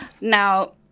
Now